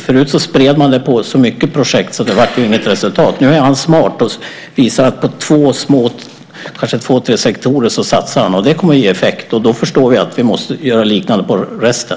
Förut spred man det på så många projekt så det blev inget resultat. Nu är han smart och satsar på två tre sektorer. Det kommer att ge effekt. Då förstår vi att vi måste göra liknande på resten.